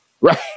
right